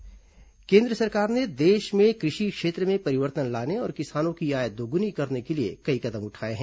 कृषि कानून केन्द्र सरकार ने देश में कृषि क्षेत्र में परिवर्तन लाने और किसानों की आय दोग्ना करने के लिए कई कदम उठाए हैं